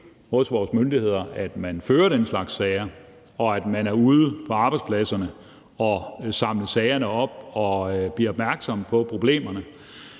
hos vores myndigheder, at man fører den slags sager, og at man er ude på arbejdspladserne at samle sagerne op og bliver opmærksom på problemerne.